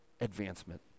advancement